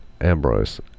Ambrose